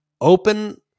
open